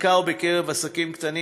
בעיקר בקרב עסקים קטנים,